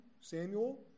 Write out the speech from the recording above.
Samuel